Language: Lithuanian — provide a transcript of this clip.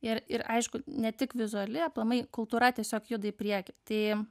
ir ir aišku ne tik vizuali aplamai kultūra tiesiog juda į priekį tai